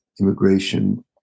immigration